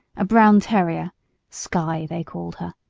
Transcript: a brown terrier skye they called her.